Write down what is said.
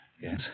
Yes